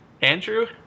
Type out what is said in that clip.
Andrew